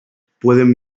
pueden